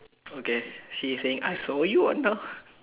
okay she's saying I saw you Anna